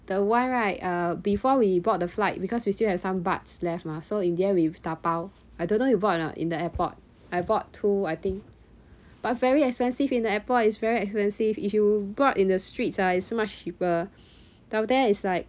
the one right uh before we board the flight because we still have some baht left mah so in the end we 打包 I don't know you bought or not in the airport I bought two I think but very expensive in the airport is very expensive if you bought in the streets ah is much cheaper though there is like